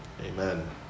Amen